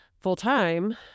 full-time